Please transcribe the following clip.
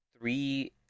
three